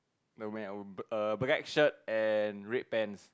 mermaid I would err black shirt and red pants